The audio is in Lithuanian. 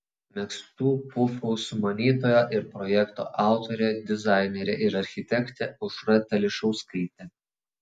megztų pufų sumanytoja ir projekto autorė dizainerė ir architektė aušra telišauskaitė